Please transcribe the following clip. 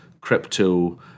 crypto